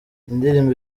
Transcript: indirimbo